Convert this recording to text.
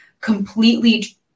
completely